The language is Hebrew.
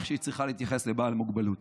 איך היא צריכה להתייחס לבעל מוגבלות.